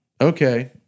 okay